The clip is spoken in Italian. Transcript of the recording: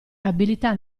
abilità